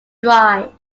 dry